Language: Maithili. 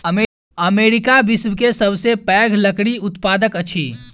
अमेरिका विश्व के सबसे पैघ लकड़ी उत्पादक अछि